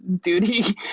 duty